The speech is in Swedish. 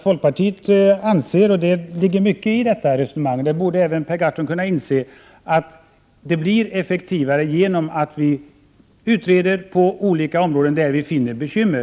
Folkpartiet anser — och att det ligger mycket i detta resonemang borde även Per Gahrton inse — att det blir effektivare genom att man utreder på de områden där vi finner bekymmer.